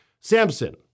Samson